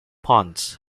ponds